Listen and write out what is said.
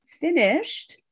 finished